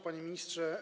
Panie Ministrze!